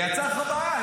יצא לך בעיה.